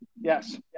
Yes